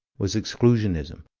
was exclusionism,